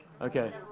Okay